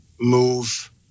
move